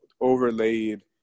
overlaid